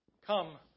Come